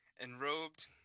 enrobed